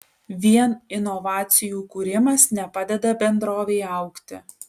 vien inovacijų kūrimas nepadeda bendrovei augti